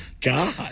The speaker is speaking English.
God